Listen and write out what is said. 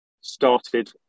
started